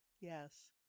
yes